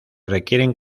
requieren